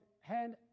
hand